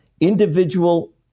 individual